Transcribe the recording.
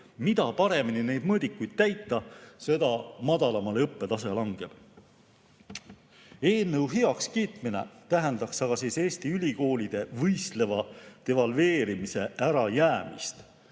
Mida paremini neid mõõdikuid täita, seda madalamale õppe tase langeb. Eelnõu heakskiitmine tähendaks Eesti ülikoolide võistleva devalveerimise ärajäämist.